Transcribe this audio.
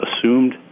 assumed